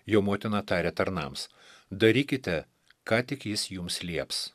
jo motina tarė tarnams darykite ką tik jis jums lieps